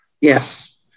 Yes